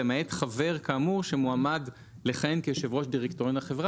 למעט חבר כאמור שמועמד לכהן כיושב ראש דירקטוריון החברה,